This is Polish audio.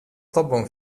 tobą